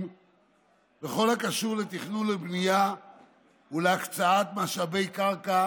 בכל הקשור לתכנון ובנייה ולהקצאת משאבי קרקע